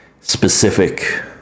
specific